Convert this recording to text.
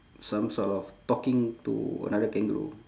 some sort of talking to another kangaroo